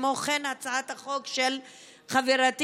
וכן הצעת החוק של חברתי,